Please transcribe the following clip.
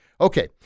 Okay